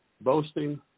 boasting